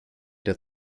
der